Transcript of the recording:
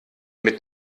mit